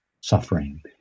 suffering